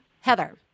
Heather